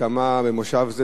במושב זה,